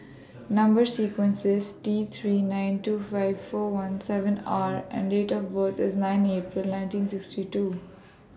Number sequence IS T three nine two five four one seven R and Date of Bird IS nine April nineteen sixty two